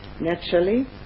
naturally